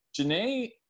Janae